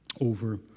over